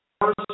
First